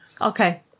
Okay